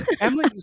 Emily